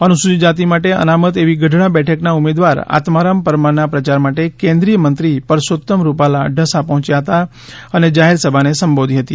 અનુસુચિત જાતિ માટે અનામત એવી ગઢડા બેઠકના ઉમેદવાર આત્મારામ પરમારના પ્રચાર માટે કેન્દ્રિય મંત્રી પરસોત્તમ રૂપાલા ઢસા પહોંચ્યા હતા અને જાહેર સભા ને સંબોધી હતી